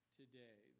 today